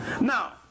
Now